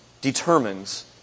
determines